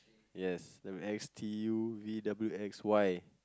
yes and with S T U V W X Y